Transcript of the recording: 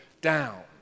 down